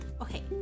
okay